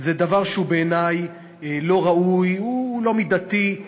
זה דבר שהוא בעיני לא ראוי, הוא לא מידתי.